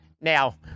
Now